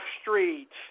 streets